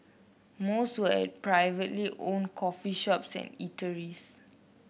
most were at privately owned coffee shops and eateries